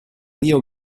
rio